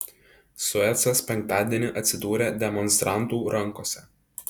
suecas penktadienį atsidūrė demonstrantų rankose